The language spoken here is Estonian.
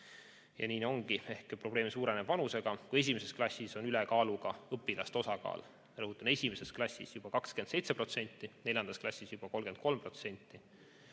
Ja nii ongi, et probleem suureneb vanusega. Kui esimeses klassis on ülekaaluga õpilaste osakaal, rõhutan, esimeses klassis, 27%, siis neljandas klassis juba 33%.